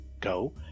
go